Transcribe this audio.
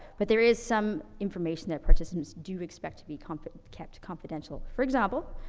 but there is some information that participants do expect to be confi kept confidential. for example,